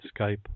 Skype